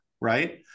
right